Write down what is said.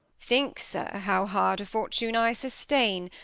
think, sir, how hard a fortune i sustain,